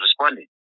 responding